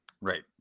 Right